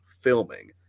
filming